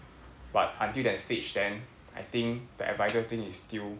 but until that stage then I think the advisor thing is still